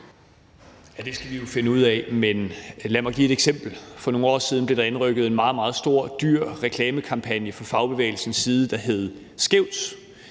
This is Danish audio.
Det skal vi jo finde ud af, men lad mig give et eksempel. For nogle år siden blev der indrykket en meget, meget stor og dyr reklamekampagne fra fagbevægelsens side, der hed noget